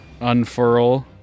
unfurl